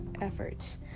efforts